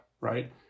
right